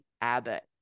Abbott